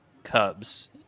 cubs